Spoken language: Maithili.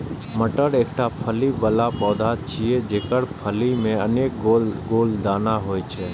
मटर एकटा फली बला पौधा छियै, जेकर फली मे अनेक गोल गोल दाना होइ छै